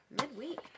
Midweek